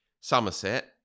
Somerset